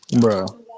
Bro